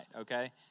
okay